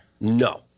No